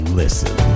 listen